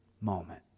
moment